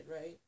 right